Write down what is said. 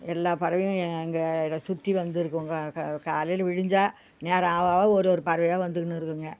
எல்லா பறவையும் எங்களை சுற்றி வந்திருக்குங்க க க காலையில் விடிஞ்சால் நேரம் ஆக ஆக ஒரு ஒரு பறவையாக வந்துக்கினு இருக்குங்க